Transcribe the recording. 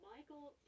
Michael